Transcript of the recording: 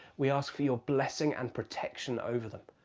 we ask for your blessing and protection over them.